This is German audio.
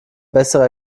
bessere